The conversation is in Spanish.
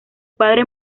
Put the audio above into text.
padre